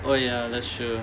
oh ya that's true